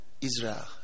Israel